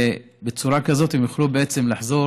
ובצורה כזו הם יוכלו בעצם לחזור